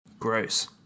Gross